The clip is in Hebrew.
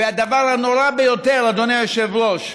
והדבר הנורא ביותר, אדוני היושב-ראש,